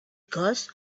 goes